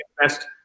best